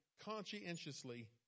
conscientiously